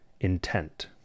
intent